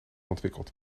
ontwikkeld